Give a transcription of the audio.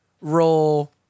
roll